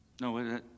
No